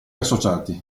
associati